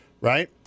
right